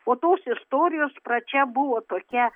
o tos istorijos pradžia buvo tokia